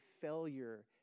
failure